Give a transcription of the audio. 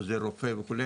עוזר רופא וכו'.